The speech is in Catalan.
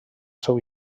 seu